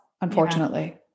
unfortunately